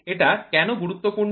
এটা কেন গুরুত্বপূর্ণ